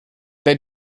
they